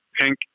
pink